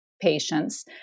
patients